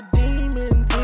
demons